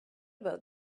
about